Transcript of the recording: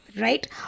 Right